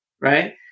Right